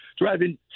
driving